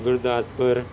Gurdaspur